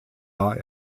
war